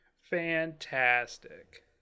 Fantastic